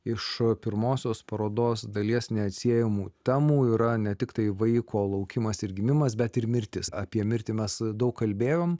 iš pirmosios parodos dalies neatsiejamų temų yra ne tiktai vaiko laukimas ir gimimas bet ir mirtis apie mirtį mes daug kalbėjome